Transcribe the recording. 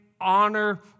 honor